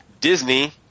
Disney